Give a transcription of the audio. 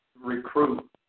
recruit